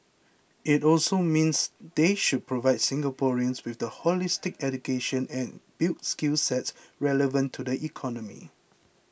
it also means they should provide Singaporeans with a holistic education and build skill sets relevant to the economy